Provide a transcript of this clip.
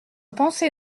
pensée